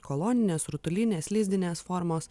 koloninės rutulinės lizdinės formos